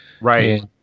Right